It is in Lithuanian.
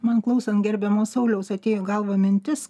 man klausant gerbiamo sauliaus atėjo į galvą mintis